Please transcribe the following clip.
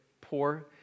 poor